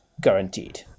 guaranteed